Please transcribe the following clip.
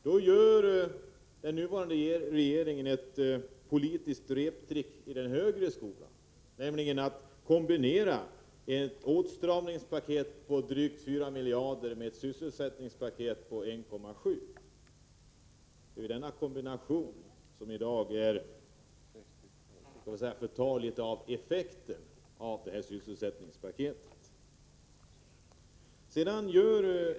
Då gör den nuvarande regeringen ett politiskt reptrick i den högre skolan, nämligen det att kombinera ett åtstramningspaket på drygt 4 miljarder med ett sysselsättningspaket på 1,7 miljarder kronor. Det är denna kombination som förtar något av effekten av sysselsättningspaketet.